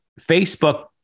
Facebook